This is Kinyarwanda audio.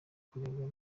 kurebwa